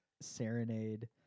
serenade